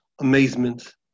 amazement